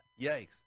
Yikes